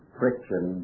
friction